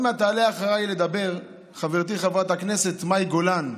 עוד מעט תעלה אחריי לדבר חברתי חברת הכנסת מאי גולן,